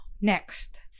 Next